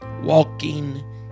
walking